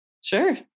Sure